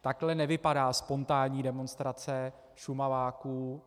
Takhle nevypadá spontánní demonstrace Šumaváků.